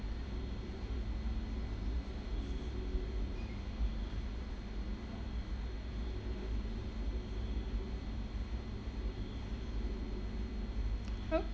oh